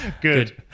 Good